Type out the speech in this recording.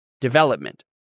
development